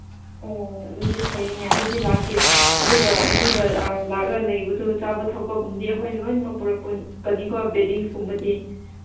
ꯑꯣ ꯑꯗꯨꯗꯤ ꯐꯩꯌꯦꯅꯦ ꯑꯗꯨꯗꯤ ꯂꯥꯛꯀꯦ ꯑꯗꯨꯒ ꯑꯗꯨꯗ ꯂꯥꯛꯂ ꯂꯩꯕꯗꯣ ꯆꯥꯕ ꯊꯛꯄꯒꯨꯝꯗꯤ ꯑꯩꯈꯣꯏꯅ ꯂꯣꯏꯅ ꯄꯨꯔꯛꯄꯅꯤꯀꯣ ꯕꯦꯗꯤꯡꯁꯀꯨꯝꯕꯗꯤ